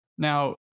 Now